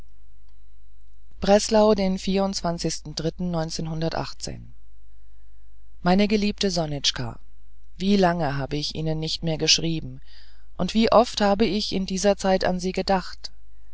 breslau den meine geliebte sonitschka wie lange habe ich ihnen nicht mehr geschrieben und wie oft habe ich in dieser zeit an sie gedacht